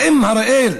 האם אריאל